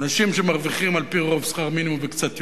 אנשים שמרוויחים על-פי רוב שכר מינימום וקצת יותר,